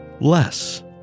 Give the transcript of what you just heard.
less